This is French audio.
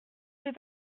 fais